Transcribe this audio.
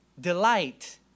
delight